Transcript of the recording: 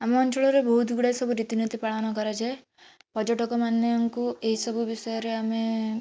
ଆମ ଅଞ୍ଚଳର ବହୁତ ଗୁଡ଼ାଏ ସବୁ ରୀତିନୀତି ପାଳନ କରାଯାଏ ପର୍ଯ୍ୟଟକମାନଙ୍କୁ ଏଇସବୁ ବିଷୟରେ ଆମେ